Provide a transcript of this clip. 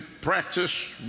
practice